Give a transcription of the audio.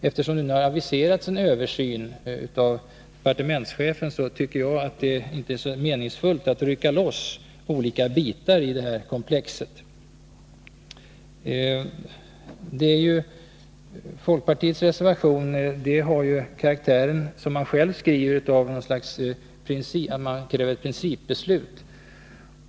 Eftersom departementschefen har aviserat en översyn, tycker jag inte att det är så meningsfullt att rycka loss olika bitar ur komplexet. Folkpartiets reservation har, som man själv skriver, karaktären av ett krav om ett principbeslut.